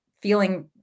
feeling